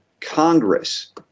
Congress